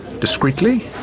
Discreetly